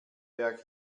berg